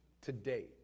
today